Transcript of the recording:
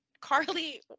Carly